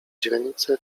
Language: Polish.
źrenice